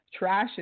trashes